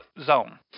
zone